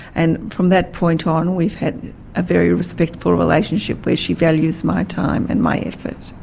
and from that point on we've had a very respectful relationship where she values my time and my effort.